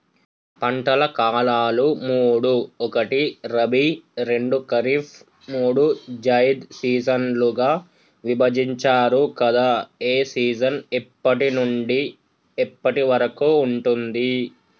పంటల కాలాలు మూడు ఒకటి రబీ రెండు ఖరీఫ్ మూడు జైద్ సీజన్లుగా విభజించారు కదా ఏ సీజన్ ఎప్పటి నుండి ఎప్పటి వరకు ఉంటుంది?